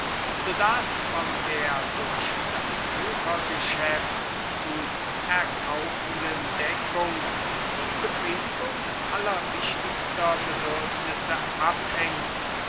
so daß von der durch das wuchergeschäft zu erkaufenden deckung die befriedigung allerwichtigster bedürfnisse abhängt